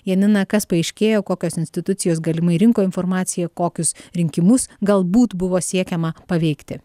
janina kas paaiškėjo kokios institucijos galimai rinko informaciją kokius rinkimus galbūt buvo siekiama paveikti